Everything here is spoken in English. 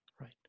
Right